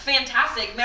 Fantastic